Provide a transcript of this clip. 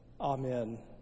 Amen